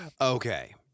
Okay